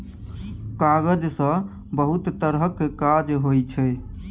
कागज सँ बहुत तरहक काज होइ छै